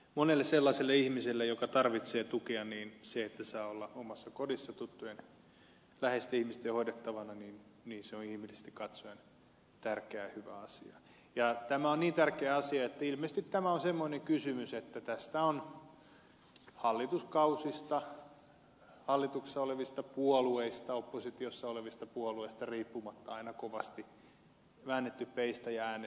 monelle sellaiselle ihmiselle joka tarvitsee tukea se että saa olla omassa kodissa tuttujen läheisten ihmisten hoidettavana on inhimillisesti katsoen tärkeä ja hyvä asia ja tämä on niin tärkeä asia että ilmeisesti tämä on semmoinen kysymys että tästä on hallituskausista hallituksessa olevista puolueista oppositiossa olevista puolueista riippumatta aina kovasti väännetty peistä ja äänestetty